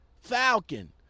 Falcon